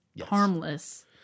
harmless